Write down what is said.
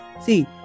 see